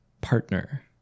partner